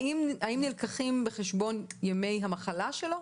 האם נלקחים בחשבון ימי המחלה שלו?